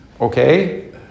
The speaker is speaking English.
Okay